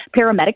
Paramedic